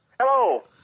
Hello